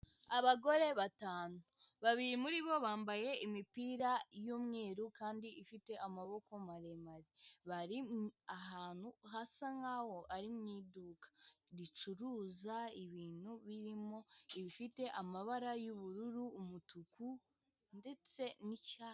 Abagore batanu, babiri muri bo bambaye imipira y'umweru kandi ifite amaboko maremare, bari ahantu hasa nkaho ari mu iduka ricuruza ibintu, birimo ibifite amabara y'ubururu, umutuku ndetse n'icyatsi.